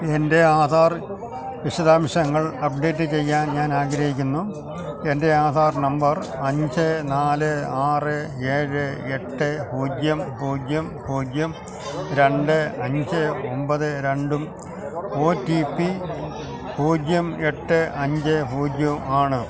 എൻ്റെ ആധാർ വിശദാംശങ്ങൾ അപ്ഡേറ്റ് ചെയ്യാൻ ഞാൻ ആഗ്രഹിക്കുന്നു എൻ്റെ ആധാർ നമ്പർ അഞ്ച് നാല് ആറ് ഏഴ് എട്ട് പൂജ്യം പൂജ്യം പൂജ്യം രണ്ട് അഞ്ച് ഒമ്പത് രണ്ടും ഒ ടി പി പൂജ്യം എട്ട് അഞ്ച് പൂജ്യവും ആണ്